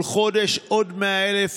כל חודש עוד 100,000,